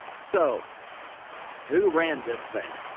so who ran this thing?